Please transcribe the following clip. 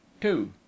two